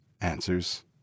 answers